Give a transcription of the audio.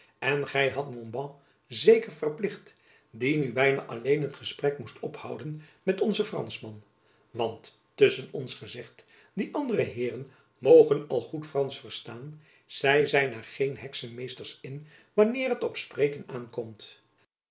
en gy hadt montbas zeker verplicht die nu byna alleen het gesprek moest ophouden met onzen franschman want tusschen ons gezegd die andere heeren mogen al goed fransch verstaan zy zijn er geen heksemeesters in wanneer het op spreken aankomt